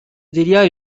délia